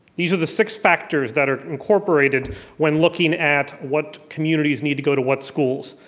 these are the six factors that are incorporated when looking at what communities need to go to what schools.